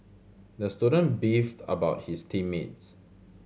the student beefed about his team mates